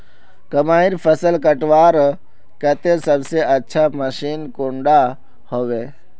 मकईर फसल कटवार केते सबसे अच्छा मशीन कुंडा होबे?